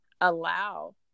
allow